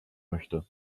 möchte